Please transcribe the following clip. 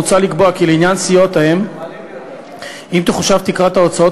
מוצע לקבוע כי לעניין סיעות-אם תחושב תקרת ההוצאות